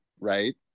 right